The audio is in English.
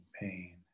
pain